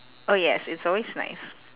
oh yes it's always nice